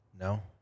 No